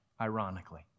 ironically